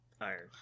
Iron